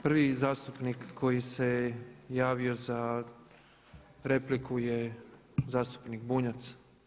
Prvi zastupnik koji se javio za repliku je zastupnik Bunjac.